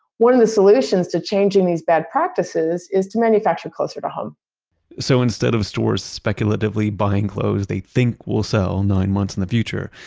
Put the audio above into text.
one of the solutions to changing these bad practices is to manufacture closer to home so instead of stores speculatively buying clothes they think will so nine months in the future,